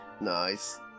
Nice